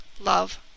love